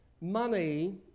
money